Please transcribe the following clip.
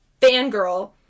Fangirl